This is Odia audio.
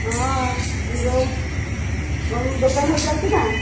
ହଁ ଯୋଉ ତୁମ ଦୋକାନ ଭଲ ଚାଲିଛି ନା